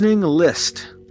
list